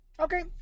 Okay